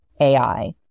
AI